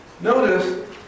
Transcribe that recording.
Notice